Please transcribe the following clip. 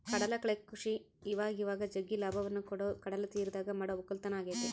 ಕಡಲಕಳೆ ಕೃಷಿ ಇವಇವಾಗ ಜಗ್ಗಿ ಲಾಭವನ್ನ ಕೊಡೊ ಕಡಲತೀರದಗ ಮಾಡೊ ವಕ್ಕಲತನ ಆಗೆತೆ